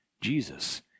Jesus